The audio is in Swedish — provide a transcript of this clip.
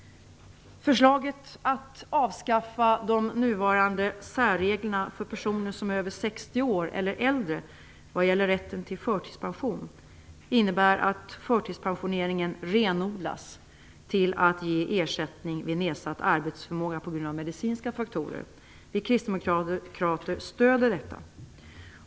Förslaget att avskaffa de nuvarande särreglerna för personer som är över 60 år eller äldre vad gäller rätten till förtidspension innebär att förtidspensioneringen renodlas till att ge ersättning vid nedsatt arbetsförmåga på grund av medicinska faktorer. Vi kristdemokrater stöder detta.